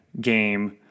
game